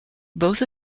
both